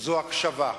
זה הקשבה.